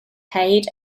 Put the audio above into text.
height